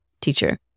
Teacher